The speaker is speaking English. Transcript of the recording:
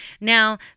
Now